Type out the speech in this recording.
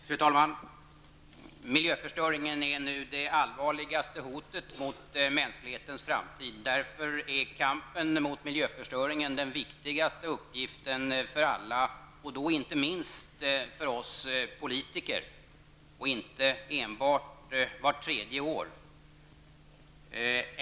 Fru talman! Miljöförstöringen är nu det allvarligaste hotet mot mänsklighetens framtid. Därför är kampen mot miljöförstöringen den viktigaste uppgiften för alla, inte minst för oss politiker, och inte enbart vart tredje år.